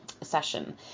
session